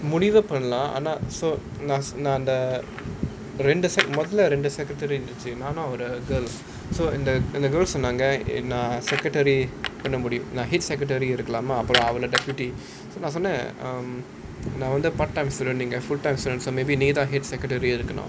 முடிவு பண்லாம் ஆனா நான் அந்த முதல்ல ரெண்டு:mudivu panlaam aanaa naan antha mudhalla rendu secretary இருக்கணும் நானும் ஒரு:irukanum நானும் ஒரு the girl so அந்த:antha girl சொன்னாங்க நான்:sonnaanga naan secretary பண்ண முடியும் நான்:panna mudiyum naan head secretary இருக்கலாமா அப்போ அவள்:irukalaamaa appo aval deputy so நான் சொன்னேன்:naan sonnaen part time student only full time student so maybe நீங்கதான்:neengathaan head secretary ah இருக்கனும்:irukkanum